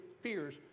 fears